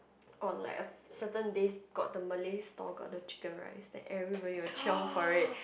on like a certain days got the Malay stall got the chicken rice then everybody will chiong for it